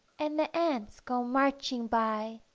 and the ants go marching by,